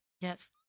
Yes